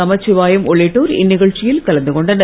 நமச்சிவாயம் உள்ளிட்டோர் இந்நிகழ்ச்சியில் கலந்து கொண்டனர்